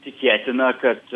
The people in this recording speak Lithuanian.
tikėtina kad